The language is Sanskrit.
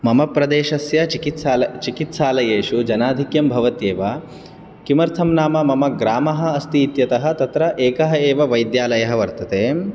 मम प्रदेशस्य चिकित्साल चिकित्सालयेषु जनाधिक्यं भवत्येव किमर्थं नाम मम ग्रामः अस्ति इत्यतः तत्र एकः एव वैद्यालयः वर्तते